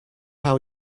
how